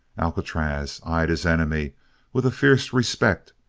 alcatraz eyed his enemy with a fierce respect.